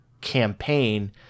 campaign